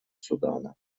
судана